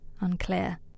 unclear